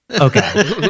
Okay